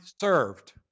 served